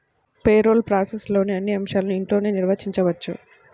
payroll ప్రాసెస్లోని అన్ని అంశాలను ఇంట్లోనే నిర్వహించవచ్చు